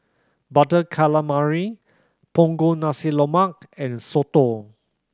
Butter Calamari Punggol Nasi Lemak and soto